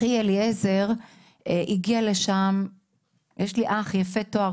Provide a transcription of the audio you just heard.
אחי אליעזר הגיע לשם -- יש לי אח יפה תואר.